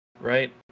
right